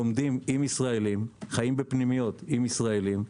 לומדים עם ישראלים, חיים בפנימיות עם ישראליים.